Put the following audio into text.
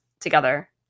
together